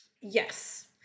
Yes